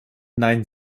nein